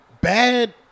bad